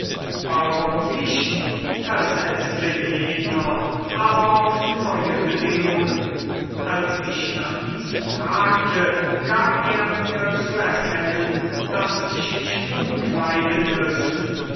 warum nicht versetzte jener aber auf neue bedingungen als ich nach diesen fragte gab er mir zu erkennen daß ich mich umkleiden müsse